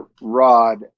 rod